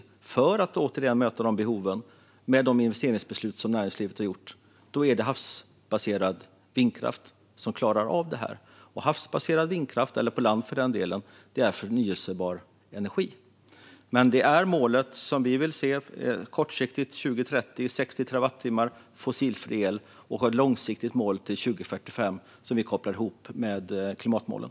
Återigen: För att klara att möta behoven med de investeringsbeslut som näringslivet har fattat är det havsbaserad vindkraft som gäller. Havsbaserad vindkraft, och vindkraft på land för den delen, är förnybar energi. Men det kortsiktiga målet som vi vill se till 2030 är 60 terawattimmar fossilfri el, och vi har ett långsiktigt mål till 2045 som vi kopplar ihop med klimatmålen.